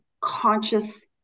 conscious